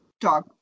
Dog